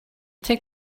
take